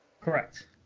Correct